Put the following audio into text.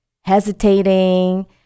Hesitating